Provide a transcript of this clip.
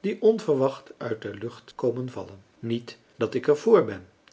die onverwacht uit de lucht komen vallen niet dat ik er vr ben